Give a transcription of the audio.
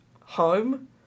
home